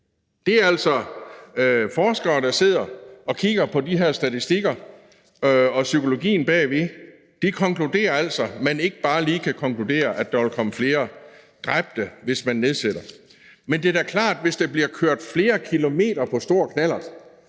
Det er altså forskere, der sidder og kigger på de her statistikker og psykologien bag ved. De konkluderer altså, at man ikke bare lige kan konkludere, at der vil komme flere dræbte, hvis man nedsætter alderen. Men det er da klart, at hvis der bliver kørt flere kilometer på stor knallert,